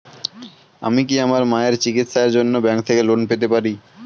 আমি কি আমার মায়ের চিকিত্সায়ের জন্য ব্যঙ্ক থেকে লোন পেতে পারি?